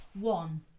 One